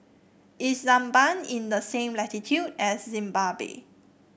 is Zambia in the same latitude as Zimbabwe